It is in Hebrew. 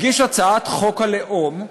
הגיש את הצעת חוק הלאום,